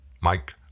Mike